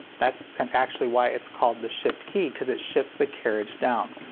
that's and actually why it's called the shift key because it shifts the carriage down.